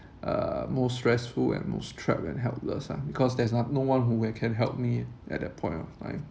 uh most stressful and most trapped and helpless lah because there's not~ no one who can help me at that point of time